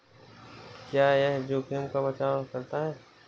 क्या यह जोखिम का बचाओ करता है?